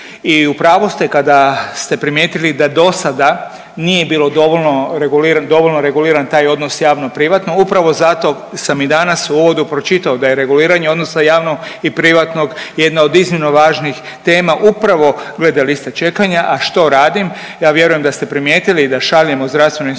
I u pravu ste kada ste primijetili da dosada nije bilo dovoljno reguliran taj odnos javno privatno. Upravo zato sam i danas u uvodu pročitao da je reguliranje odnosno javnog i privatnog jedna od iznimno važnih tema upravo glede liste čekanja. A što radim? Ja vjerujem da ste primijetili da šaljemo zdravstvenu inspekciju